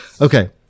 okay